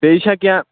بیٚیہِ چھا کیٚنٛہہ